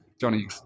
Johnny